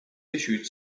issued